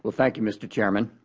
but thank you, mr. chairman,